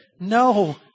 No